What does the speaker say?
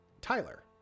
Tyler